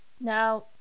Now